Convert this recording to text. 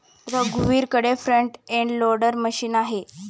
रघुवीरकडे front end loader machine आहे